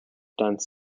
dense